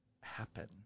happen